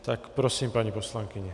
Tak prosím, paní poslankyně.